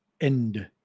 end